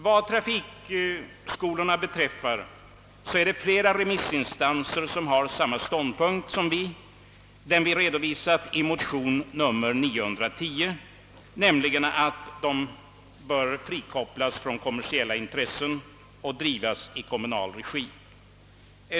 Vad trafikskolorna beträffar är det flera remissinstanser som intar samma ståndpunkt som den vi redovisat i motion 910, nämligen att dessa skolor bör frikopplas från kommersiella intressen och drivas i kommunal regi.